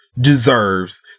deserves